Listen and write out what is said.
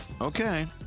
Okay